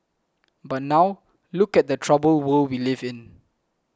but now look at the troubled world we live in